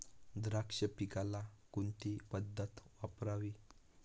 द्राक्ष पिकाला कोणती पद्धत वापरावी?